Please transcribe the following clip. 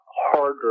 Harder